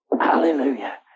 Hallelujah